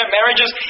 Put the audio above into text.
marriages